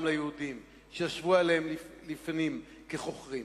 ליהודים שישבו עליהן לפנים כחוכרים.